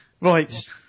Right